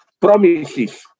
promises